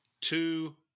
two